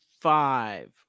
five